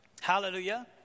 Hallelujah